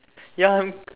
ya I'm